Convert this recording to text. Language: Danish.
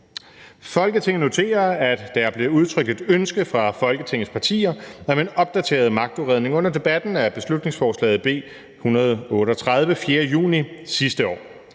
»Folketinget noterer, at der blev udtrykt et ønske fra Folketingets partier om en opdateret magtudredning under debatten af beslutningsforslaget B 138 4. juni sidste år.